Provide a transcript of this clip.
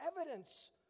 evidence